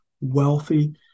wealthy